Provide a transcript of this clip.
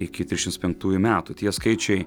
iki trisdešimts penktųjų metų tie skaičiai